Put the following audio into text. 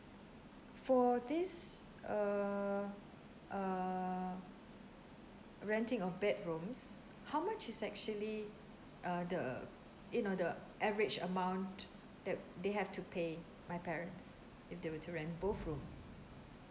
for this uh uh renting of bedrooms how much is actually uh the you know the average amount that they have to pay my parents if they were to rent both rooms